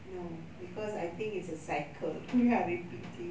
no because I think it's a cycle we are repeating